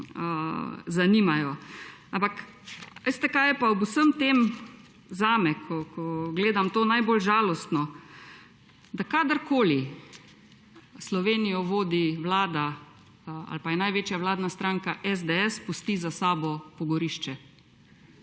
zanimajo. Ampak veste, kaj je pa ob vsem tem zame, ko gledam to, najbolj žalostno? Da kadarkoli Slovenijo vodi ali je največja vladna stranka SDS, pusti za sabo pogorišče.